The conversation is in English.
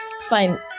fine